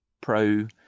pro